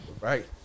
Right